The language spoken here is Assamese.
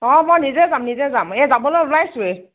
অ মই নিজে যাম নিজে যাম এই যাবলৈ ওলাইছোঁৱেই